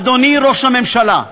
אדוני ראש הממשלה,